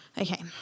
Okay